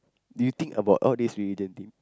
do you think about all this religion thing